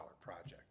project